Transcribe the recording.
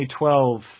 2012